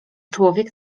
człowiek